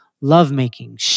lovemaking